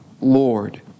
Lord